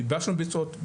ייבשנו ביצות,